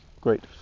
great